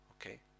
Okay